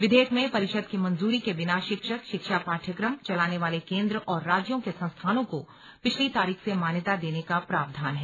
विधेयक में परिषद की मंजूरी के बिना शिक्षक शिक्षा पाठ्यक्रम चलाने वाले केंद्र और राज्यों के संस्थानों को पिछली तारीख से मान्यता देने का प्रावधान है